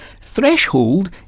Threshold